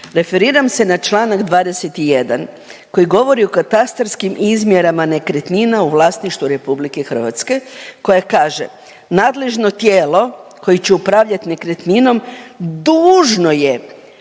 referiram se na članak 21. koji govori o katastarskim izmjerama nekretnina u vlasništvu RH, koja kaže: „Nadležno tijelo koje će upravljati nekretninom dužno je